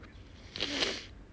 ppo